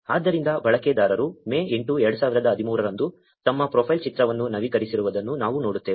ಆದ್ದರಿಂದ ಬಳಕೆದಾರರು ಮೇ 8 2013 ರಂದು ತಮ್ಮ ಪ್ರೊಫೈಲ್ ಚಿತ್ರವನ್ನು ನವೀಕರಿಸಿರುವುದನ್ನು ನಾವು ನೋಡುತ್ತೇವೆ